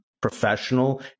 professional